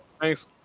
Thanks